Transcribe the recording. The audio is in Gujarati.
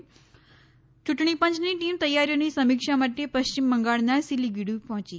યૂંટણી પંચની ટીમ તૈયારીઓની સમીક્ષા માટે પશ્ચિમ બંગાળના સીલીગુડી પહોંચી